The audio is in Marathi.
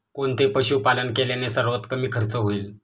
कोणते पशुपालन केल्याने सर्वात कमी खर्च होईल?